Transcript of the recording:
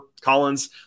Collins